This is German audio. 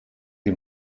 sie